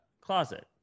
closet